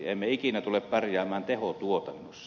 emme ikinä tule pärjäämään tehotuotannossa